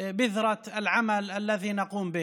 פירות העבודה שלנו.